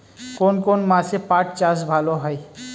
কোন কোন মাসে পাট চাষ ভালো হয়?